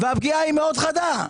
והפגיעה מאוד חדה.